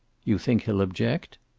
you think he'll object?